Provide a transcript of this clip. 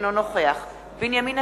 אינו נוכח בנימין נתניהו,